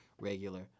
regular